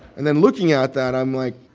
and then looking at that, i'm like